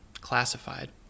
classified